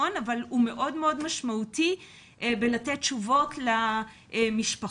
אבל הוא מאוד מאוד משמעותי במתן תשובות למשפחות.